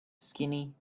skinny